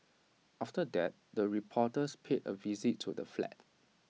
after that the reporters paid A visit to the flat